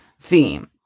theme